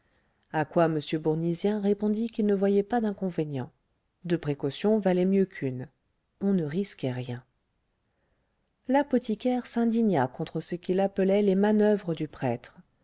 à quoi m bournisien répondit qu'il ne voyait pas d'inconvénient deux précautions valaient mieux qu'une on ne risquait rien l'apothicaire s'indigna contre ce qu'il appelait les manoeuvres du prêtre